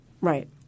Right